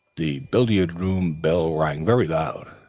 the billiard-room bell rang very loud,